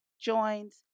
joins